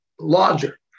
larger